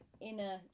inner